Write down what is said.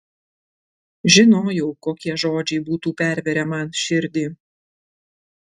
žinojau kokie žodžiai būtų pervėrę man širdį